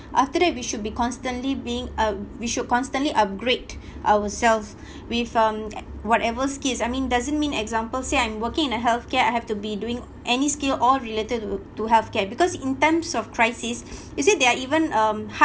after that we should be constantly being uh we should constantly upgrade ourselves with um whatever skills I mean doesn't mean example say I'm working in a healthcare I have to be doing any skill all related to to healthcare because in times of crisis you see there are even um